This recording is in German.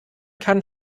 kann